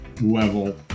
level